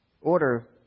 Order